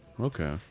Okay